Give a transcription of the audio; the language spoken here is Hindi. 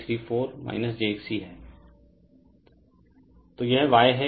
Refer Slide Time 1832 तो यह Y हैं